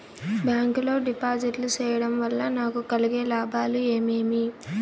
Bank లో డిపాజిట్లు సేయడం వల్ల నాకు కలిగే లాభాలు ఏమేమి?